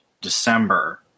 December